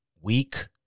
weak